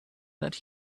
that